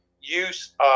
use